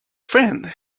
friend